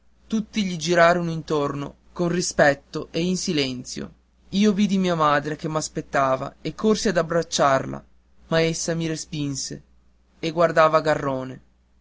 tutti gli girarono intorno con rispetto e in silenzio io vidi mia madre che m'aspettava e corsi ad abbracciarla ma essa mi respinse e guardava garrone